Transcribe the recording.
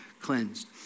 cleansed